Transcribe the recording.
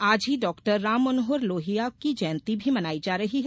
आज ही डाक्टर राममनोहर लोहियो की जयंती भी मनाई जा रही है